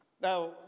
Now